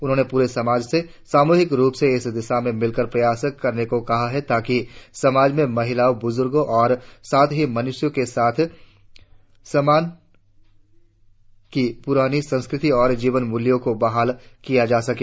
उन्होंने पूरे समाज से सामूहिक रुप से इस दिशा में मिलकर प्रयास करने को कहा है ताकि समाज में महिलाओं बुजुर्गों और साथ ही मनुष्यों के प्रति सम्मान की पुरानी संस्कृति और जीवन मूल्यों को बहाल किया जा सके